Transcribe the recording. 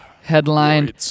Headline